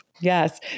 Yes